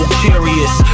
curious